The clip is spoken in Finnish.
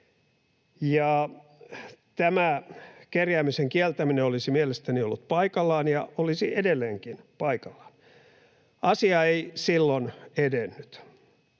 Tämä kerjäämisen kieltäminen olisi mielestäni ollut paikallaan ja olisi edelleenkin paikallaan. Asia ei silloin edennyt.